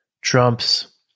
Trump's